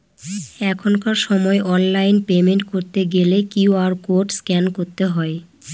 এখনকার সময় online payment করতে গেলে কিউ.আর কোড স্ক্যান করতে হয়